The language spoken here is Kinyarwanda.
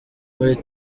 muri